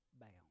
bound